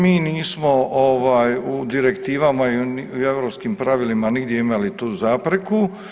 Mi nismo u direktivama i u europskim pravilima nigdje imali tu zapreku.